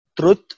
truth